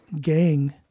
gang